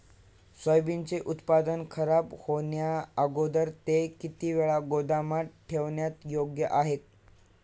सोयाबीनचे उत्पादन खराब होण्याअगोदर ते किती वेळ गोदामात ठेवणे योग्य आहे?